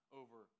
over